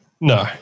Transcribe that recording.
No